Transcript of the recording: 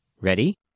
Ready